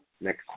next